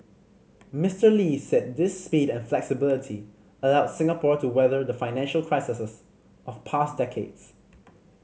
Mister Lee said this speed and flexibility allowed Singapore to weather the financial of past decades